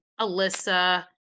Alyssa